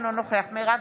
אינו נוכח מרב מיכאלי,